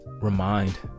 remind